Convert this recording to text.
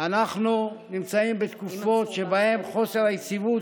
אנחנו נמצאים בתקופות שבהן חוסר היציבות